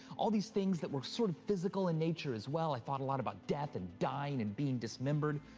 all these things that were sort of physical in nature as well. i thought a lot about death and dying and being dismembered.